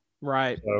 Right